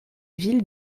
ville